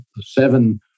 seven